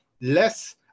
less